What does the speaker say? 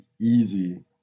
easy